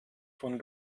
von